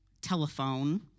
telephone